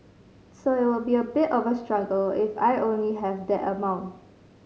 so it will be a bit of a struggle if I only have that amount